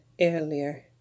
earlier